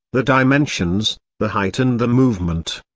the dimensions, the height and the movement.